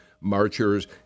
marchers